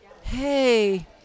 hey